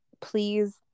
please